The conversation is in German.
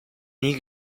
nie